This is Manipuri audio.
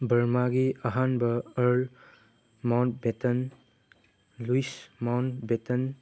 ꯕꯔꯃꯥꯒꯤ ꯑꯍꯥꯟꯕ earl Mountbatten Louis mount Batten